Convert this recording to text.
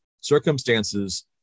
circumstances